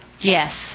Yes